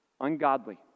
Ungodly